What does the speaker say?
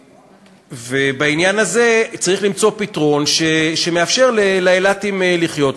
בעניין הזה צריך למצוא פתרון שמאפשר לאילתים לחיות.